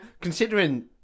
Considering